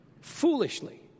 Foolishly